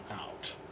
out